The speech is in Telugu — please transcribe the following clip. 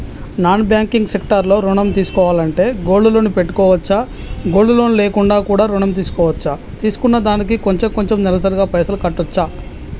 నాన్ బ్యాంకింగ్ సెక్టార్ లో ఋణం తీసుకోవాలంటే గోల్డ్ లోన్ పెట్టుకోవచ్చా? గోల్డ్ లోన్ లేకుండా కూడా ఋణం తీసుకోవచ్చా? తీసుకున్న దానికి కొంచెం కొంచెం నెలసరి గా పైసలు కట్టొచ్చా?